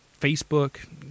Facebook